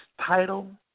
title